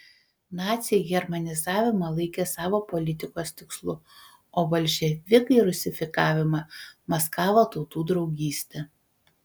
naciai germanizavimą laikė savo politikos tikslu o bolševikai rusifikavimą maskavo tautų draugyste